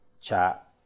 chat